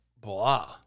blah